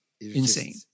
insane